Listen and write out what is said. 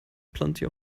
plenty